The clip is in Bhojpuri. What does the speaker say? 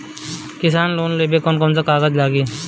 किसान लोन लेबे ला कौन कौन कागज लागि?